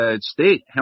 state